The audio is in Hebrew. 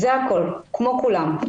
זה הכול, כמו כולם.